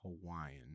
Hawaiian